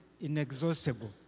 inexhaustible